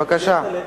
בבקשה.